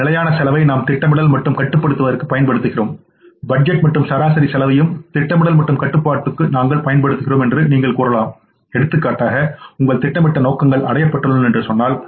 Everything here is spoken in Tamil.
நிலையான செலவை நாம் திட்டமிடல் மற்றும் கட்டுப்படுத்துவதற்கு பயன்படுத்துகிறோம் பட்ஜெட் மற்றும் சராசரி செலவையும் திட்டமிடல் மற்றும் கட்டுப்பாட்டுக்கு நாங்கள் பயன்படுத்துகிறோம் என்று நீங்கள் கூறலாம் எடுத்துக்காட்டாகஉங்கள் திட்டமிட்ட நோக்கங்கள் அடையப்பட்டுள்ளனஎன்று சொன்னால்